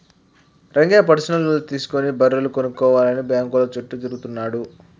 Rangayya personal loan తీసుకుని బర్రెలు కొనుక్కోవాలని బ్యాంకుల చుట్టూ తిరుగుతున్నాడు